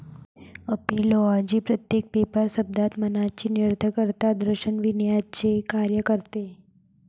ऍपिओलॉजी प्रत्येक पेपर शब्दात मनाची निरर्थकता दर्शविण्याचे कार्य करते